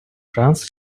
шанс